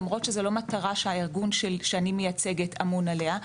למרות שזאת לא מטרה שהארגון שאני מייצגת אמון עליה,